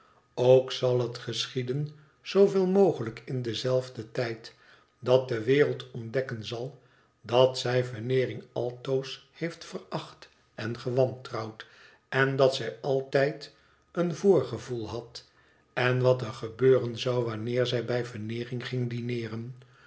ook zal het geschieden zooveel mogelijk in dien zelfden tijd dat de wereld ontdekken zal dat zij veneering altoos heeft veracht en gewantrouwd en dat zij altijd een voorgevoel had en wat er gebeuren zou wanneer zij bij veneering ging